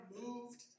moved